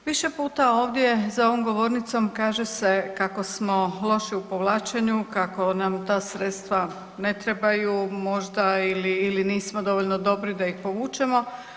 Više puta ovdje za ovom govornicom kaže se kako smo loši u povlačenju, kako nam ta sredstava ne trebaju možda ili, ili nismo dovoljno dobri da ih povučemo.